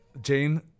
Jane